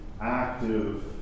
active